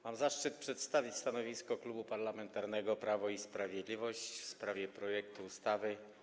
Mam zaszczyt przedstawić stanowisko Klubu Parlamentarnego Prawo i Sprawiedliwość w sprawie projektu ustawy o zmianie